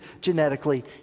genetically